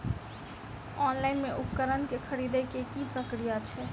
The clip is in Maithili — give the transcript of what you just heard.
ऑनलाइन मे उपकरण केँ खरीदय केँ की प्रक्रिया छै?